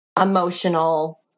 emotional